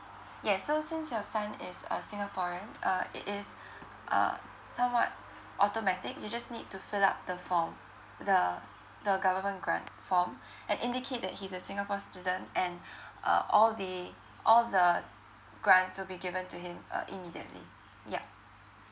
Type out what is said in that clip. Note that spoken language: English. yes so since your son is a singaporean uh it is err somewhat automatic you just need to fill up the form the the government grant form and indicate that he's a singapore's citizen and uh all the all the grants will be given to him uh immediately yup